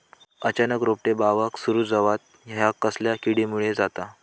अचानक रोपटे बावाक सुरू जवाप हया कसल्या किडीमुळे जाता?